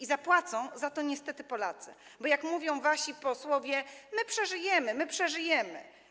A zapłacą za to niestety Polacy, bo, jak mówią wasi posłowie: my przeżyjemy, my przeżyjemy.